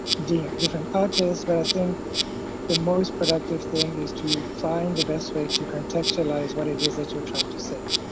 different artists. but i think the most productive thing is to find the best way to contextualize what it is that you're trying to say,